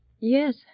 Yes